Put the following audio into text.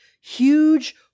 huge